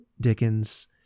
Dickens